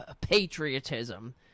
patriotism